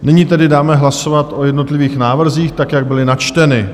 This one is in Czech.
Nyní tedy dáme hlasovat o jednotlivých návrzích tak, jak byly načteny.